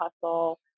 hustle